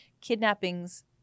Kidnappings